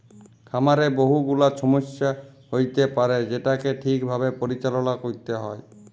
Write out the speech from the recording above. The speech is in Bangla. খামারে বহু গুলা ছমস্যা হ্য়য়তে পারে যেটাকে ঠিক ভাবে পরিচাললা ক্যরতে হ্যয়